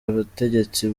ubutegetsi